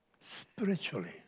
spiritually